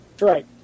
right